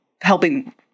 helping